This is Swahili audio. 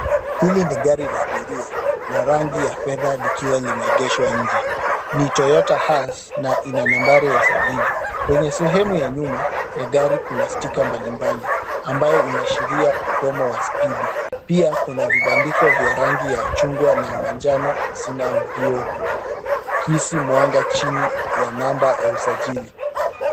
Hili ni gari la abiria, la rangi ya fedha likiwa limeegeshwa nje ni Toyota Hass na ina nambari ya usajili. Kwenye sehemu ya nyuma ya gari kuna sticker mbalimbali ambayo inaashiria ukomo wa spidi, pia kuna vibandiko vya rangi ya chungwa na manjano ziinavyo kisi mwanga chini ya namba ya usajili.